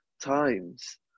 times